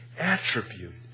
attribute